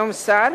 היום שר,